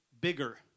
bigger